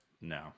No